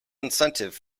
incentive